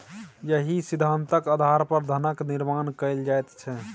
इएह सिद्धान्तक आधार पर धनक निर्माण कैल जाइत छै